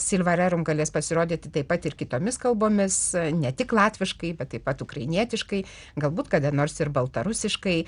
silva rerum galės pasirodyti taip pat ir kitomis kalbomis ne tik latviškai bet taip pat ukrainietiškai galbūt kada nors ir baltarusiškai